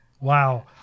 Wow